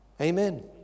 Amen